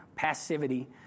passivity